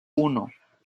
uno